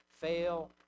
fail